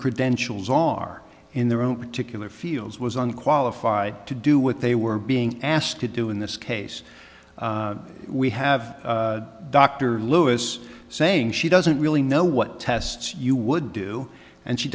credentials are in their own particular fields was unqualified to do what they were being asked to do in this case we have dr lewis saying she doesn't really know what tests you would do and she